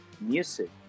music